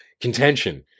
contention